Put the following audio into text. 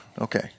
Okay